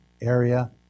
area